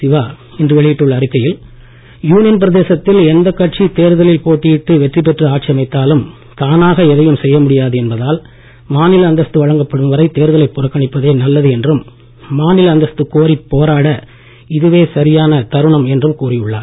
சிவா இன்று வெளியிட்டுள்ள அறிக்கையில் யூனியன் பிரதேசத்தில் எந்தக் கட்சி தேர்தலில் வெற்றி பெற்று ஆட்சி அமைத்தாலும் தானாக எதையம் செய்ய முடியாது என்பதால் மாநில அந்தஸ்து வழங்கப்படும் வரை தேர்தலைப் புறக்கணிப்பதே நல்லது என்றும் மாநில அந்தஸ்து கோரிப் போராட இதுவே சரியான தருணம் என்றும் கூறியுள்ளார்